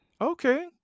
Okay